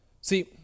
See